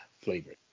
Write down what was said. Flavor